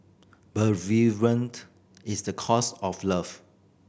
bereavement is the cost of love